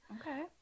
okay